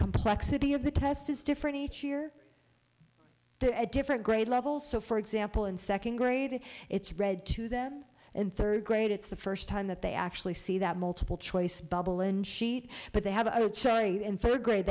complexity of the tests is different each year the a different grade level so for example in second grade it's read to them and third grade it's the first time that they actually see that multiple choice bubble and she but they have a saying in third grade